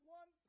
one